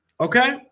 okay